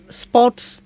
sports